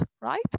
right